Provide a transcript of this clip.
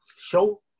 show